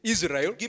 Israel